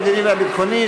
המדיני והביטחוני,